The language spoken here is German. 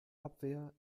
abwehr